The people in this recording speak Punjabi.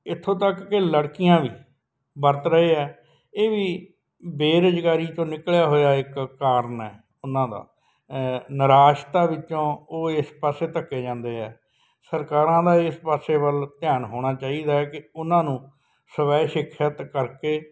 ਇੱਥੋਂ ਤੱਕ ਕਿ ਲੜਕੀਆਂ ਵੀ ਵਰਤ ਰਹੇ ਆ ਇਹ ਵੀ ਬੇਰੁਜ਼ਗਾਰੀ 'ਚੋਂ ਨਿਕਲਿਆ ਹੋਇਆ ਇੱਕ ਕਾਰਨ ਹੈ ਉਹਨਾਂ ਦਾ ਨਿਰਾਸ਼ਤਾ ਵਿੱਚੋਂ ਉਹ ਇਸ ਪਾਸੇ ਧੱਕੇ ਜਾਂਦੇ ਆ ਸਰਕਾਰਾਂ ਦਾ ਇਸ ਪਾਸੇ ਵੱਲ ਧਿਆਨ ਹੋਣਾ ਚਾਹੀਦਾ ਕਿ ਉਹਨਾਂ ਨੂੰ ਸਵੈ ਸ਼ਿਕਸ਼ਿਤ ਕਰਕੇ